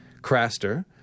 Craster